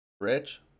Rich